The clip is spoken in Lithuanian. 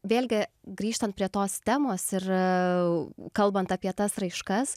vėlgi grįžtant prie tos temos ir kalbant apie tas raiškas